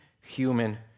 human